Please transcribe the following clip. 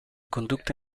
conducta